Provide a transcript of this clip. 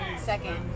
Second